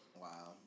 Wow